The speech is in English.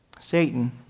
Satan